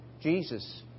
Jesus